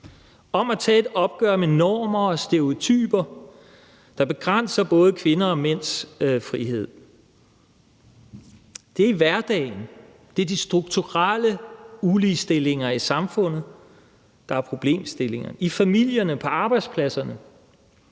om at tage et opgør med normer og stereotyper, der begrænser både kvinders og mænds frihed. Det er i hverdagen. Det er de strukturelle uligestillinger i samfundet, der er problemstillingerne. Det er i familierne, på arbejdspladserne